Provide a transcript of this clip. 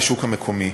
בשוק המקומי,